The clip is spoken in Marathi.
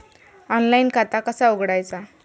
ऑनलाइन खाता कसा उघडायचा?